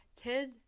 Tis